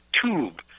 tube